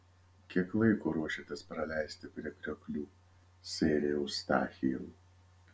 kiek laiko ruošiatės praleisti prie krioklių sere eustachijau